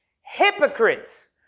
hypocrites